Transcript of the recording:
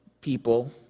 people